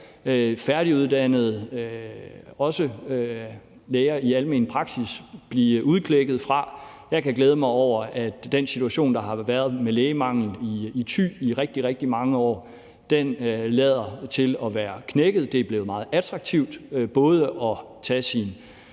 færdiguddannede læger i almen praksis blive udklækket fra, og jeg kan glæde mig over, at den situation, der har været med lægemangel i Thy i rigtig, rigtig mange år, lader til at være knækket. Det er både blevet meget attraktivt at tage sin